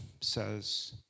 says